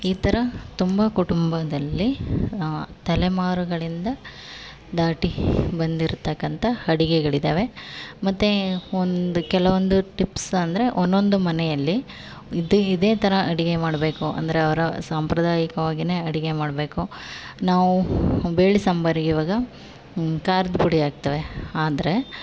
ಈ ಥರ ತುಂಬ ಕುಟುಂಬದಲ್ಲಿ ತಲೆಮಾರುಗಳಿಂದ ದಾಟಿ ಬಂದಿರ್ತಕ್ಕಂಥ ಅಡುಗೆಗಳಿದಾವೆ ಮತ್ತೆ ಒಂದು ಕೆಲವೊಂದು ಟಿಪ್ಸ್ ಅಂದರೆ ಒಂದೊಂದು ಮನೆಯಲ್ಲಿ ಇದೇ ಇದೇ ಥರ ಅಡುಗೆ ಮಾಡಬೇಕು ಅಂದರೆ ಅವರ ಸಾಂಪ್ರದಾಯಿಕವಾಗಿಯೇ ಅಡುಗೆ ಮಾಡಬೇಕು ನಾವು ಬೇಳೆ ಸಾಂಬಾರಿಗೆ ಇವಾಗ ಖಾರದ ಪುಡಿ ಹಾಕ್ತೇವೆ ಆದರೆ